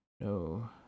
No